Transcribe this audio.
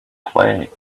play